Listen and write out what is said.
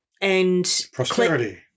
Prosperity